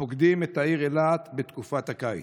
הפוקדים את העיר אילת בתקופת הקיץ.